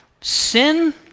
sin